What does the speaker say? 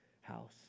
house